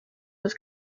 los